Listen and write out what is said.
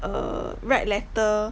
err write letter